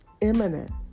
imminent